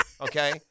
Okay